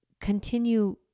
continue